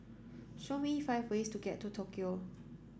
show me five ways to get to Tokyo